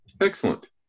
Excellent